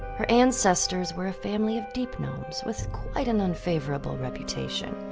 her ancestors were a family of deep gnomes with quite an unfavorable reputation.